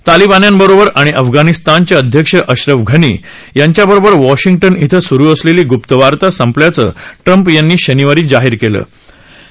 तालिबान्यां बरोबर आणि अफगाणिस्तानचे अध्यक्षअश्रफ घानी यांच्या बरोबर वॉशिंग न इथं सुरु असलेली ग्प्ता वार्ता संपल्याचं ट्रम्प यांनी शनिवारी जाहीर केलं होतं